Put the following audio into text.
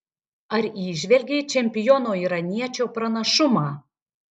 ar įžvelgei čempiono iraniečio pranašumą